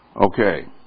Okay